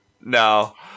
no